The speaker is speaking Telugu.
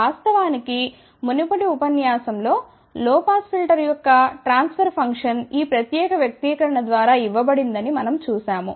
వాస్తవానికి మునుపటి ఉపన్యాసంలో లో పాస్ ఫిల్టర్ యొక్క ట్రాన్ఫర్ ఫంక్షన్ ఈ ప్రత్యేక వ్యక్తీకరణ ద్వారా ఇవ్వబడిందని మనం చూశాము